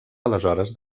aleshores